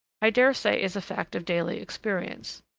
i dare say is a fact of daily experience.